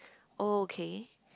oh okay